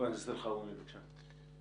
חבר הכנסת אלחרומי, בבקשה.